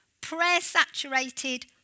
prayer-saturated